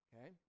okay